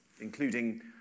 including